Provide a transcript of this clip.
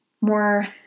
more